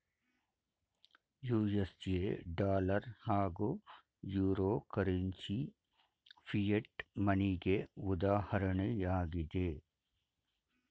USA dollar ಹಾಗೂ euro currency fiat ಮನಿಗೆ ಉದಾಹರಣೆಯಾಗಿದೆ